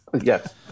Yes